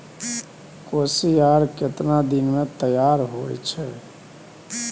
कोसियार केतना दिन मे तैयार हौय छै?